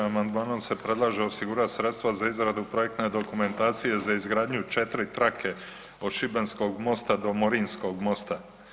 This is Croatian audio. Amandmanom se predlaže osigurati sredstva za izradu projektne dokumentacije za izgradnju 4 trake od Šibenskog mosta do Morinskog mosta.